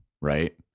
right